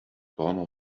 corner